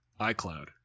iCloud